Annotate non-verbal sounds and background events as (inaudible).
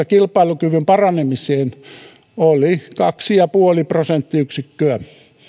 (unintelligible) kilpailukyvyn paranemiseen oli kaksi pilkku viisi prosenttiyksikköä